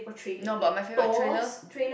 no but my favourite trailer